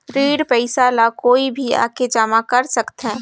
ऋण पईसा ला कोई भी आके जमा कर सकथे?